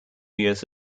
years